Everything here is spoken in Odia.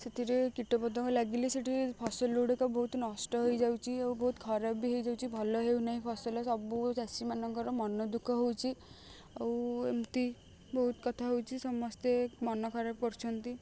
ସେଥିରେ କୀଟ ପତଙ୍ଗ ଲାଗିଲେ ସେଠି ଫସଲ ଗୁଡ଼ିକ ବହୁତ ନଷ୍ଟ ହେଇଯାଉଛି ଆଉ ବହୁତ ଖରାପ ବି ହେଇଯାଉଛି ଭଲ ହେଉନାହିଁ ଫସଲ ସବୁ ଚାଷୀମାନଙ୍କର ମନ ଦୁଃଖ ହେଉଛି ଆଉ ଏମିତି ବହୁତ କଥା ହେଉଛି ସମସ୍ତେ ମନ ଖରାପ କରୁଛନ୍ତି